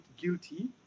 guilty